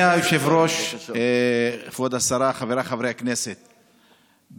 חבר הכנסת סעדי,